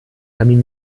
kamin